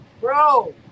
Bro